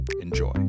Enjoy